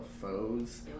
foes